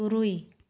ᱛᱩᱨᱩᱭ